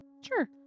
Sure